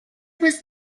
was